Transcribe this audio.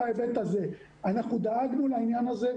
אנחנו דאגנו לעניין הזה,